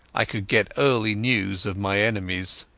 i could get early news of my enemies.